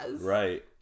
Right